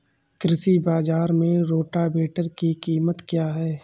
कृषि बाजार में रोटावेटर की कीमत क्या है?